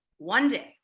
one day